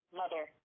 mother